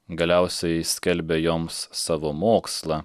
galiausiai skelbė joms savo mokslą